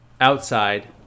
Outside